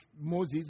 Moses